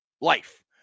life